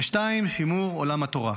השני, שימור עולם התורה.